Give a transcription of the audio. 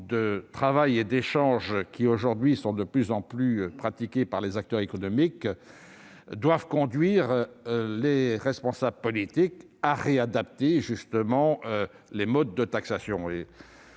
de travail et d'échanges qui sont de plus en plus pratiquées aujourd'hui par les acteurs économiques doivent conduire les responsables politiques à réadapter les modes de taxation.